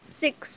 six